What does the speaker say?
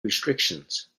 restrictions